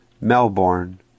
Melbourne